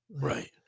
right